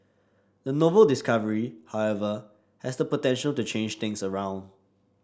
the novel discovery however has the potential to change things around